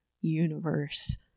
universe